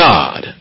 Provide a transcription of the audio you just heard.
God